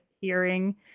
hearing